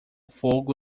fogo